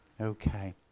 Okay